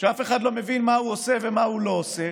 שאף אחד לא מבין מה הוא עושה ומה הוא לא עושה,